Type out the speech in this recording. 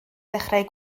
ddechrau